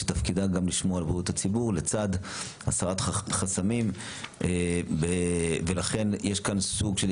שתפקידה גם לשמור על בריאות הציבור לצד הסרת חסמים ולכן יש כאן סוג של